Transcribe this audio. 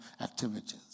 activities